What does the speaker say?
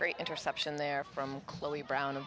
great interception there from chloe brown